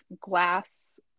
glass